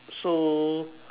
so